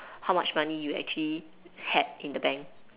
how much money you actually had in the bank